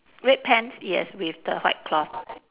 red pants yes with the white cloth